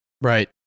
Right